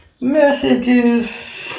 messages